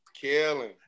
killing